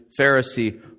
Pharisee